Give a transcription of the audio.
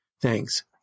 thanks